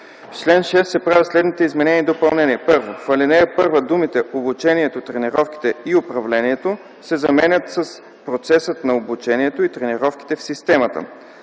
чл. 6 се правят следните изменения и допълнения: 1. В ал. 1 думите „обучението, тренировките и управлението” се заменят с „процеса на обучението и тренировките в системата”.